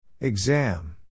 Exam